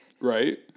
Right